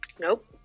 Nope